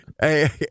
Hey